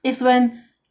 is when